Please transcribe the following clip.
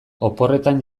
oporretan